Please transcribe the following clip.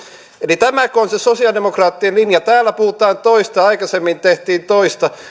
eli tämäkö on se sosialidemokraattien linja täällä puhutaan toista aikaisemmin tehtiin toista